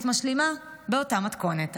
תוכנית משלימה באותה מתכונת,